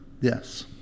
yes